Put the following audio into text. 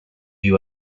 you